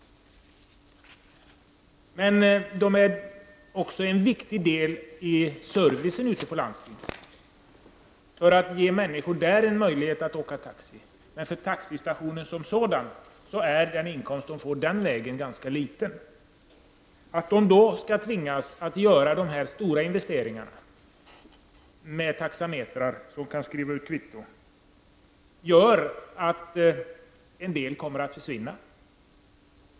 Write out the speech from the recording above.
De utgör också en viktig del av servicen ute på landsbygden så att människorna där får möjlighet att åka taxi. Den inkomst taxistationen som sådan får på det sättet är dock ganska liten. Att de skall tvingas göra stora investeringar för att skaffa taxametrar som kan skriva ut kvitton medför att en del kommer att försvinna.